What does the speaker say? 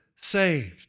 saved